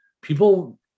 people